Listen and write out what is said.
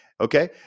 Okay